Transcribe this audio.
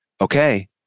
okay